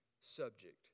subject